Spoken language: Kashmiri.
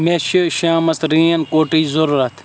مے چِھ شامس رین کوٹٕچۍ ضوٚرت